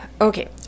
Okay